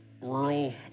rural